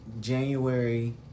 January